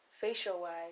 facial-wise